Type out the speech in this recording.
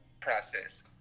process